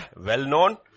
well-known